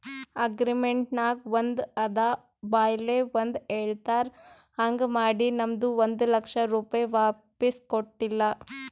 agreement ನಾಗ್ ಒಂದ್ ಅದ ಬಾಯ್ಲೆ ಒಂದ್ ಹೆಳ್ಯಾರ್ ಹಾಂಗ್ ಮಾಡಿ ನಮ್ದು ಒಂದ್ ಲಕ್ಷ ರೂಪೆ ವಾಪಿಸ್ ಕೊಟ್ಟಿಲ್ಲ